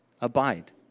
Abide